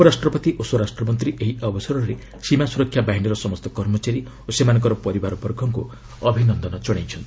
ଉପରାଷ୍ଟ୍ରପତି ଓ ସ୍ୱରାଷ୍ଟ୍ର ମନ୍ତ୍ରୀ ଏହି ଅବସରରେ ସୀମା ସ୍ରରକ୍ଷା ବାହିନୀର ସମସ୍ତ କର୍ମଚାରୀ ଓ ସେମାନଙ୍କର ପରିବାରବର୍ଗଙ୍କ ଅଭିନନ୍ଦନ ଜଣାଇଛନ୍ତି